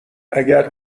اگر